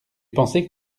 pensé